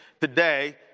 today